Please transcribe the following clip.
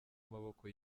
maboko